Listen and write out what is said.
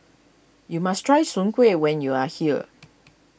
you must try Soon Kuih when you are here